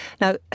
Now